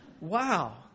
wow